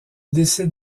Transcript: décide